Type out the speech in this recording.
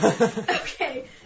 Okay